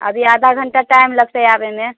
अभी आधा घण्टा टाइम लगतै आबेमे